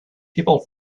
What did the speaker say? people